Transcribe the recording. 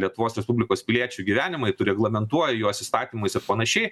lietuvos respublikos piliečių gyvenimai tu reglamentuoja juos įstatymais ir panašiai